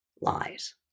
lies